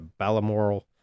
Balamoral